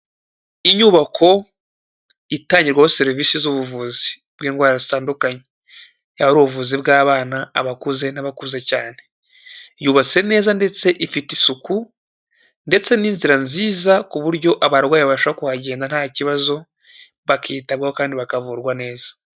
Inyubako itangirwaho serivisi z'ubuvuzi bw'indwara zitandukanye, yaba ari ubuvuzi bw'abana abakuze n'abakuze cyane. Yubatse neza ndetse ifite isuku, ndetse n'inzira nziza ku buryo abarwayi babasha kuhagenda nta kibazo, bakitabwaho kandi bakavurwa neza.